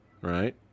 right